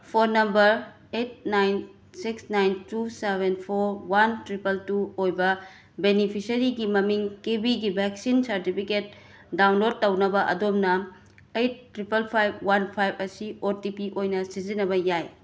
phone number eight nine six nine two seven four one triple two ꯑꯣꯏꯕ ꯕꯦꯅꯤꯐꯤꯁꯔꯤꯒꯤ ꯃꯃꯤꯡ ꯀꯦꯕꯤꯒꯤ ꯚꯦꯛꯁꯤꯟ ꯁꯥꯔꯇꯤꯐꯤꯀꯦꯠ ꯗꯥꯎꯟꯂꯣꯠ ꯇꯧꯅꯕ ꯑꯗꯣꯝꯅ eight triple five one five ꯑꯁꯤ ꯑꯣ ꯇꯤ ꯄꯤ ꯑꯣꯏꯅ ꯁꯤꯖꯤꯟꯅꯕ ꯌꯥꯏ